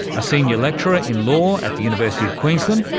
a senior lecturer in law at the university of queensland,